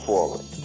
Forward